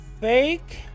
fake